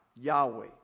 Yahweh